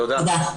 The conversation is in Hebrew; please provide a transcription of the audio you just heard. תודה.